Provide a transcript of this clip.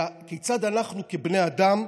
אלא כיצד אנחנו כבני אדם,